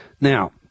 Now